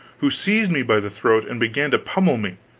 who seized me by the throat and began to pummel me,